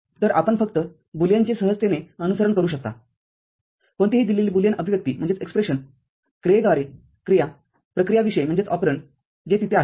तर आपण फक्त बुलियनचे सहजतेने अनुसरण करू शकता कोणतीही दिलेली बुलियन अभिव्यक्तीक्रियेद्वारे क्रिया प्रक्रियाविशय जे तिथे आहेत